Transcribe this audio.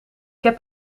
heb